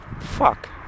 fuck